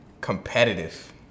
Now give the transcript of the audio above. competitive